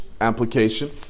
application